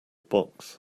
box